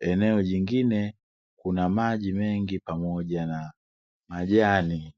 eneo jingine kuna maji mengi pamoja na majani.